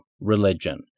religion